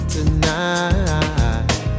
Tonight